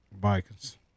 vikings